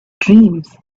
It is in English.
dreams